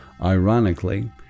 Ironically